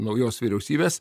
naujos vyriausybės